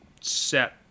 set